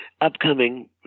Upcoming